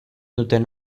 duten